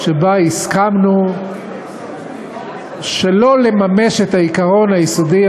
שהסכמנו שלא לממש בה את העיקרון היסודי,